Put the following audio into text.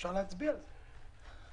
אפשר להצביע על זה?